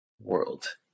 world